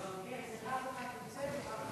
אין נמנעים.